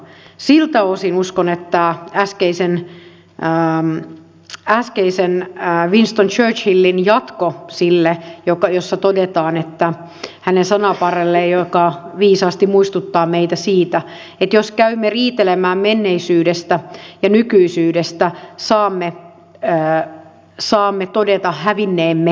siltä osin uskon että äskeisen pään äskeisen aavistan sääkshillin jatkoa sille tähän sopii jatko äskeiselle winston churchillin sananparrelle joka viisaasti muistuttaa meitä siitä että jos käymme riitelemään menneisyydestä ja nykyisyydestä saamme todeta hävinneemme tulevaisuuden